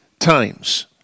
times